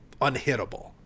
unhittable